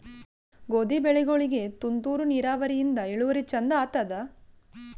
ಗೋಧಿ ಬೆಳಿಗೋಳಿಗಿ ತುಂತೂರು ನಿರಾವರಿಯಿಂದ ಇಳುವರಿ ಚಂದ ಆತ್ತಾದ?